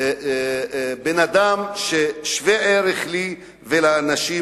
בן-אדם שווה-ערך לי ולאנשים